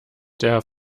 der